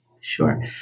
Sure